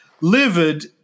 livid